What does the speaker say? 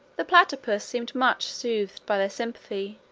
the platypus seemed much soothed by their sympathy,